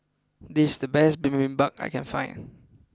this is the best Bibimbap I can find